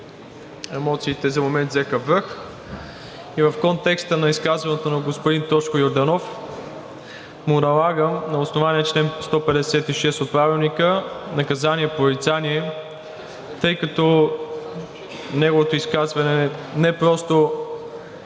емоциите за момент взеха връх и в контекста на изказването на господин Тошко Йорданов му налагам на основание чл. 156 от Правилника наказание порицание, тъй като неговото изказване не просто